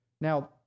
Now